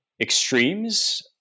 extremes